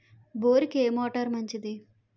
బోరుకి ఏ మోటారు మంచిది?